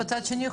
מצד שני,